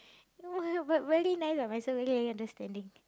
no but but very nice lah my sir very understanding